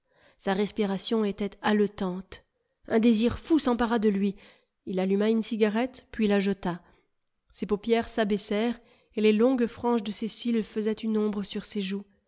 sa respiration était haletante un désir fou s'empara de lui il alluma une cigarette puis la jeta ses paupières s'abaissèrent et les longues franges de ses cils faisaient une ombre sur ses joues